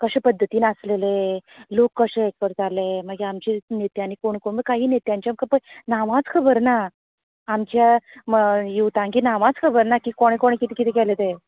कशे पद्दतीन आसलेले लोक कशे हे करताले मागीर आमचे नेत्यानी कोण कोण म्हणल्यार काही नेत्याची नांवाच खबर ना म्हणजे येद्दाची नांवांच खबर ना कोणे क्ते किते केले ते